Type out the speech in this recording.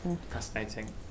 Fascinating